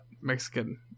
Mexican